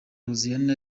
hoziyana